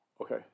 Okay